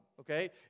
Okay